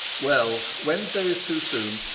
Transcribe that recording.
well, wednesday is too soon,